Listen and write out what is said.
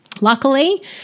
Luckily